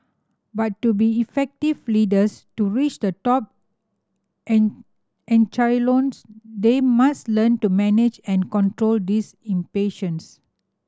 but to be effective leaders to reach the top echelons they must learn to manage and control this impatience